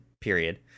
period